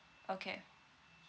okay